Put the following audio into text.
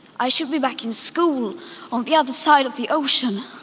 i should be back in school on the other side of the ocean.